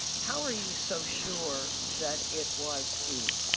how are you so sure that it was he?